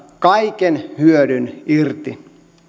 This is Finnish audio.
kaiken hyödyn irti